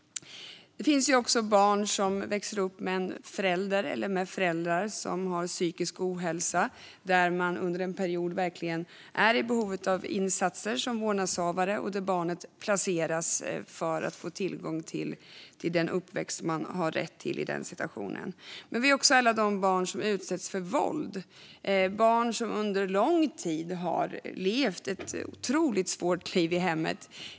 Det finns också barn som växer upp med en förälder eller föräldrar som har en psykisk ohälsa. Som vårdnadshavare är de verkligen i behov av insatser under en period, och då placeras barnet för att få tillgång till den uppväxt det har rätt till i den situationen. Vi har också alla de barn som utsätts för våld och som under lång tid har levt ett otroligt svårt liv i hemmet.